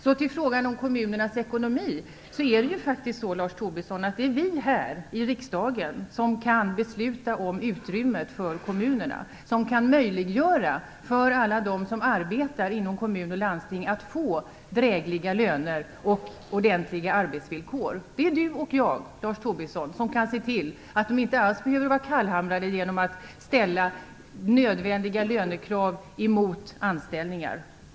Vad beträffar kommunernas ekonomi, Lars Tobisson, är det faktiskt vi här i riksdagen som kan besluta om utrymmet för kommunerna. Vi kan göra det möjligt för alla dem som arbetar inom kommun och landsting att få drägliga löner och ordentliga arbetsvillkor. Det är Lars Tobisson och jag som kan se till att de inte alls behöver vara kallhamrade och ställa nödvändiga lönekrav mot anställningar.